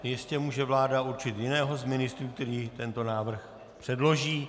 Jistě může vláda určit jiného z ministrů, který tento návrh předloží.